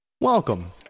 Welcome